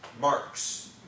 marks